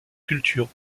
culture